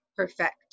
Perfect